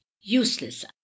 useless